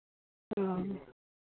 हाँ